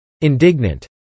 Indignant